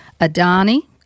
Adani